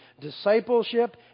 discipleship